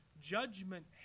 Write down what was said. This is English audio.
judgment